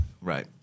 Right